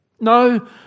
No